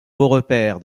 beaurepaire